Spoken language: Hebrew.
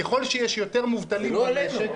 ככל שיש יותר מובטלים במשק --- אבל זה לא עלינו.